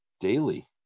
daily